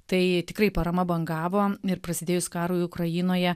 tai tikrai parama bangavo ir prasidėjus karui ukrainoje